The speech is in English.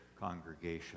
congregation